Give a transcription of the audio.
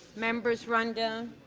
members rundown.